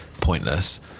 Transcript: pointless